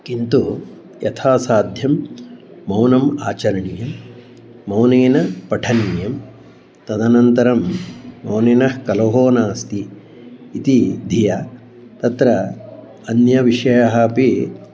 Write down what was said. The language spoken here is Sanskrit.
किन्तु यथासाध्यं मौनम् आचरणीयं मौनेन पठनीयं तदनन्तरं मौनिनः कलहः नास्ति इति धिया तत्र अन्यविषयाः अपि